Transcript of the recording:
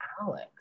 Alex